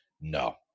no